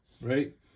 right